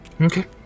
Okay